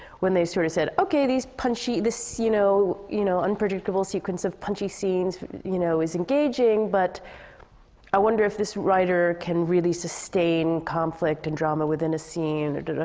when they sort of said, okay, these punchy this you know you know, unpredictable sequence of punchy scenes you know, is engaging. but i wonder if this writer can really sustain conflict and um ah within a scene, or da da